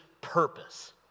purpose